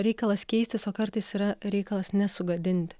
reikalas keistis o kartais yra reikalas nesugadinti